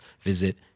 visit